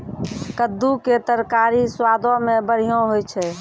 कद्दू के तरकारी स्वादो मे बढ़िया होय छै